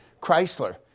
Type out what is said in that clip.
Chrysler